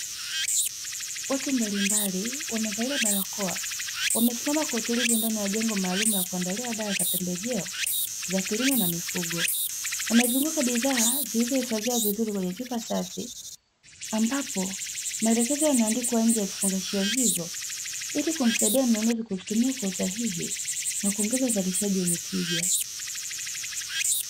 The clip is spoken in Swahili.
Watu mbalimbali wamevalia barakoa, wamesimama kwa utulivu ndani ya jengo maalumu la kuandalia dawa za pembejeo za kilimo na mifugo. Wamezunguka bidhaa zilizohifadhiwa vizuri kwenye chupa safi, ambapo maelekezo yameandikwa nje ya vifungashio hivyo, ili kumsaidia mnunuzi kuzitumia kwa usahihi na kuongeza uzalishaji wenye tija.